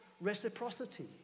reciprocity